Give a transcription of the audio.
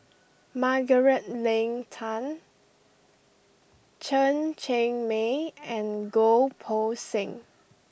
Margaret Leng Tan Chen Cheng Mei and Goh Poh Seng